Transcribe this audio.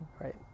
Right